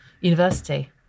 university